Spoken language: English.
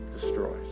destroys